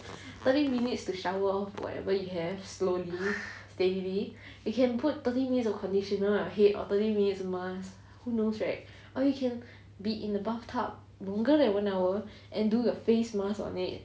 thirty minutes to shower whatever you have slowly daily you can put thirty minutes of conditioner on your head or thirty minutes mask who knows right or you can be in the bathtub longer than one hour and do your face mask on it